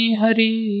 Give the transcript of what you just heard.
Hari